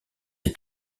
est